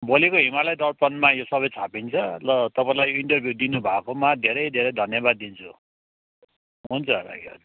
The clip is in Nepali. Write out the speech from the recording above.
भोलिको हिमालय दर्पणमा यो सबै छापिन्छ ल तपाईँलाई इन्टर्भिउ दिनुभएकोमा धेरै धेरै धन्यवाद दिन्छु हुन्छ राखेँ हजुर